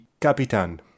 Capitan